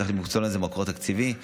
צריך למצוא לזה מקור תקציבי,